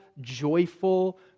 joyful